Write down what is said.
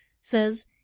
says